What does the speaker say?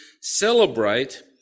celebrate